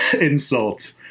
insult